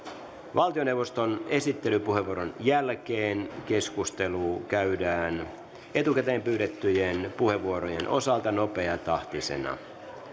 valtioneuvoston esittelypuheenvuoron jälkeen keskustelu käydään etukäteen pyydettyjen puheenvuorojen osalta nopeatahtisena